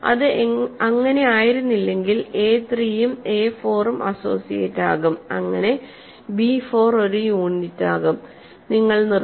ഇത് അങ്ങിനെ ആയിരുന്നില്ലെങ്കിൽ എ 3 ഉം എ 4 ഉം അസോസിയേറ്റ് ആകും അങ്ങിനെ ബി 4 ഒരു യൂണിറ്റാകും നിങ്ങൾ നിർത്തും